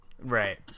right